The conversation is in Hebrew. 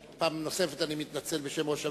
פעם נוספת אני מתנצל בשם ראש הממשלה,